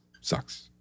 sucks